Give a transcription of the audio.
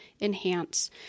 enhance